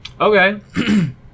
Okay